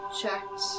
checked